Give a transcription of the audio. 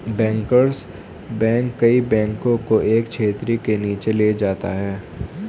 bankers bank कई बैंकों को एक छतरी के नीचे ले जाता है